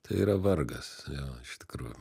tai yra vargas jo iš tikrųjų